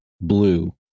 blue